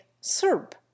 Serb